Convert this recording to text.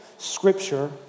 scripture